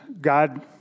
God